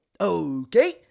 Okay